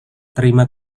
terima